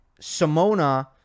Simona